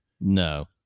No